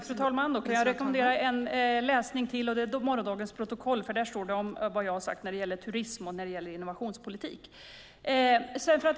Fru talman! Då kan jag rekommendera ytterligare läsning, och det är morgondagens protokoll. Där står vad jag har sagt när det gäller turism och innovationspolitik.